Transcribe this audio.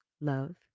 love